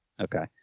Okay